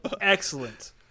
Excellent